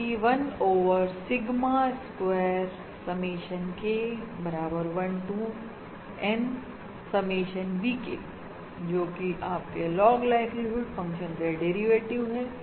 जो कि 1 over sigma square summation K बराबर 1 to N समेशन VK जो कि आपके लॉग लाइक्लीहुड फंक्शन का डेरिवेटिव है